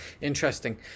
interesting